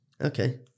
Okay